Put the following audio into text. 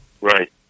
Right